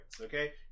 okay